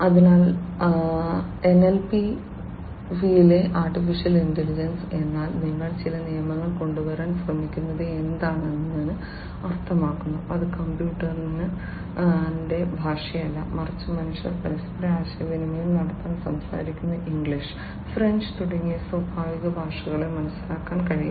അതിനാൽ എൻഎൽപിയിലെ AI എന്നാൽ നിങ്ങൾ ചില നിയമങ്ങൾ കൊണ്ടുവരാൻ ശ്രമിക്കുന്നത് എന്താണെന്ന് അർത്ഥമാക്കുന്നു അത് കമ്പ്യൂട്ടറിന് കമ്പ്യൂട്ടറിന്റെ ഭാഷയല്ല മറിച്ച് മനുഷ്യർ പരസ്പരം ആശയവിനിമയം നടത്താൻ സംസാരിക്കുന്ന ഇംഗ്ലീഷ് ഫ്രഞ്ച് തുടങ്ങിയ സ്വാഭാവിക ഭാഷകളെ മനസ്സിലാക്കാൻ കഴിയും